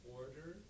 order